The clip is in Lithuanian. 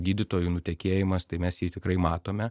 na gydytojų nutekėjimas tai mes tikrai matome